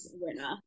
winner